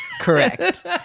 correct